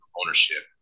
ownership